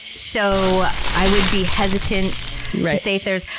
so i would be hesitant to say if there's,